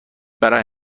برای